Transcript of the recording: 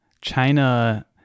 China